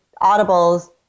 Audible's